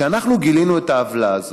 כשאנחנו גילינו את העוולה הזאת,